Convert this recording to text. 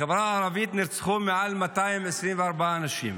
בחברה הערבית נרצחו מעל 224 אנשים.